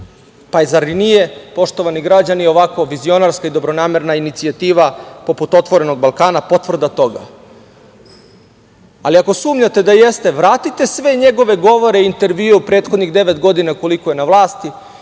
Pa, zar nije poštovani građani, ovako vizionarska i dobronamerna inicijativa poput otvorenog Balkana potvrda toga? Ali, ako sumnjate da jeste, vratite sve njegove govore i intervjue u prethodnih devet godina, koliko je na vlasti,